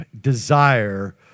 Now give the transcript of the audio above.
desire